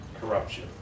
corruption